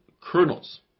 kernels